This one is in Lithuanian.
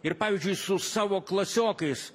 ir pavyzdžiui su savo klasiokais